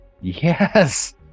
yes